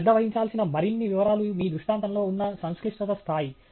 మీరు శ్రద్ధ వహించాల్సిన మరిన్ని వివరాలు మీ దృష్టాంతంలో ఉన్న సంక్లిష్టత స్థాయి